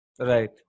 Right